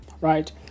right